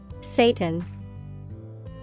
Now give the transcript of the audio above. Satan